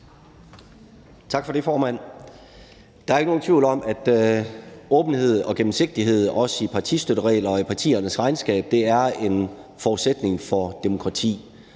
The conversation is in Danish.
Tak for det, formand. Der er ikke nogen tvivl om, at åbenhed og gennemsigtighed også i partistøtteregler og i partiernes regnskab er en forudsætning for demokrati.